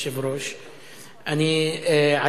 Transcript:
ישראל,